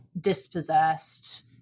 dispossessed